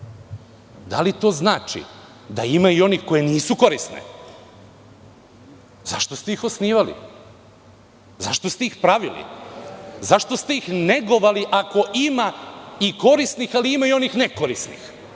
Da li to znači da ima i onih koje nisu korisne? Zašto ste ih osnivali? Zašto ste ih pravili? Zašto ste ih negovali, ako ima i korisnih, ali ima i onih nekorisnih?